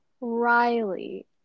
Riley